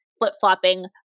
flip-flopping